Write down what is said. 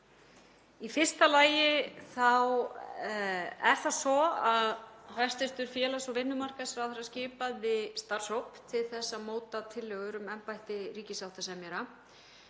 Í fyrsta lagi er það svo að hæstv. félags- og vinnumarkaðsráðherra skipaði starfshóp til að móta tillögur um embætti ríkissáttasemjara.